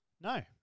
No